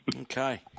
Okay